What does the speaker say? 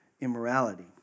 immorality